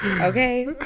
Okay